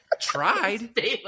tried